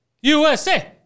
USA